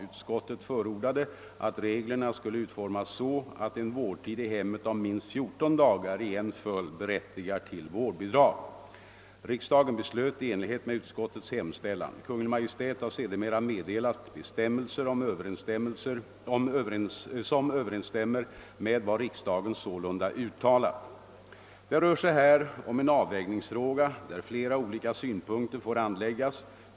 Utskottet förordade att reglerna skulle utformas så, att en vårdtid i hemmet om minst 14 dagar i en följd berättigar till vårdbidrag. Riksdagen beslöt i enlighet med utskottets hemställan. Kungl. Maj:t har sedermera meddelat bestämmelser som överensstämmer med vad riksdagen sålunda uttalat. Det rör sig här om en avvägningsfråga där flera olika synpunkter får anläggas.